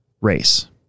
race